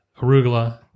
arugula